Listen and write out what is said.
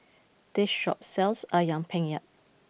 this shop sells Ayam Penyet